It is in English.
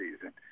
season